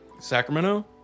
sacramento